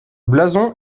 blason